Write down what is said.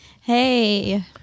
Hey